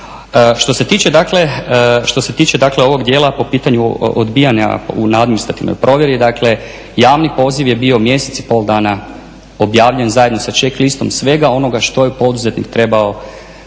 Što se tiče dakle ovog dijela po pitanju odbijanja na administrativnoj provjeri dakle javni poziv je bio mjesec i pol dana objavljen zajedno sa ček listom svega onoga što je poduzetnik trebao